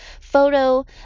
photo